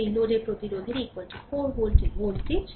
সুতরাং এই লোডের প্রতিরোধের 4 ভোল্টের ভোল্টেজ